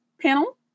panel